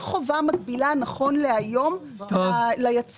אין חובה מקבילה נכון להיום ליצרנים.